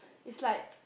it's like